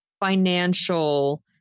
financial